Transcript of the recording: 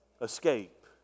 escape